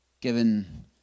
given